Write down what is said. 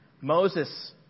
Moses